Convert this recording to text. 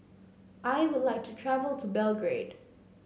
I would like to travel to Belgrade